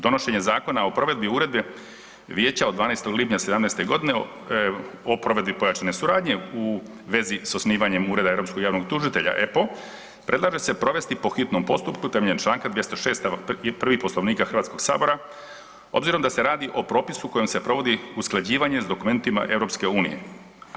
Donošenje zakona o provedbi uredbe Vijeća od 12. lipnja 2017. g. o provedbi pojačane suradnje u vezi s osnivanjem Ureda Europskog javnog tužitelja („EPPO“) predlaže se provesti po hitnom postupku temeljem čl. 206. stavak 1. Poslovnika Hrvatskog sabora obzirom da se radi o propisu kojim se provodi usklađivanje s dokumentima EU-a.